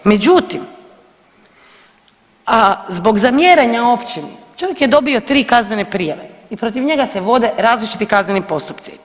Međutim, zbog zamjeranja općini čovjek je dobio tri kaznene prijave i protiv njega se vode različiti kazneni postupci.